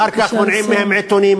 אחר כך מונעים מהם עיתונים,